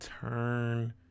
turn